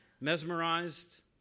mesmerized